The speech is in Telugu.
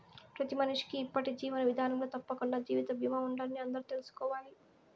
ప్రతి మనిషికీ ఇప్పటి జీవన విదానంలో తప్పకండా జీవిత బీమా ఉండాలని అందరూ తెల్సుకోవాలి